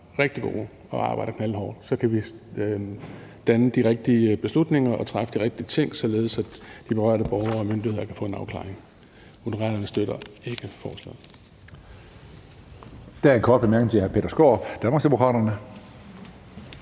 rigtig gode og arbejder knaldhårdt, kan vi træffe de rigtige beslutninger og gøre de rigtige ting, således at de berørte borgere og myndigheder kan få en afklaring. Moderaterne støtter ikke forslaget.